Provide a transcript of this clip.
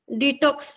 detox